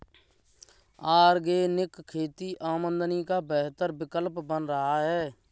organic खेती आमदनी का बेहतर विकल्प बन रहा है